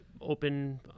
open